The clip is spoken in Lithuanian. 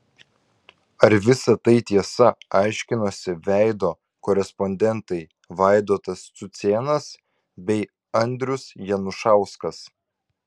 ar visa tai tiesa aiškinosi veido korespondentai vaidotas cucėnas bei andrius janušauskas